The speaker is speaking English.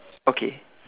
okay